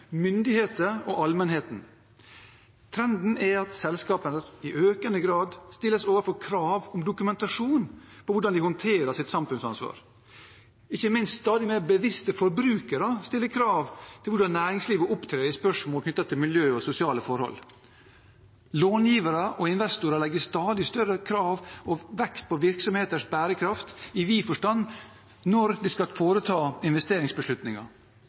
og allmennheten. Trenden er at selskapene i økende grad stilles overfor krav om dokumentasjon om hvordan de håndterer sitt samfunnsansvar – ikke minst stadig mer bevisste forbrukere stiller krav til hvordan næringslivet opptrer i spørsmål knyttet til miljø og sosiale forhold. Långivere og investorer stiller stadig større krav og legger større vekt på virksomheters bærekraft i vid forstand når det skal foretas investeringsbeslutninger.